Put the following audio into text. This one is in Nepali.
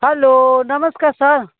हेलो नमस्कार सर